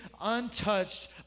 untouched